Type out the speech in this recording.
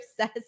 says